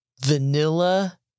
vanilla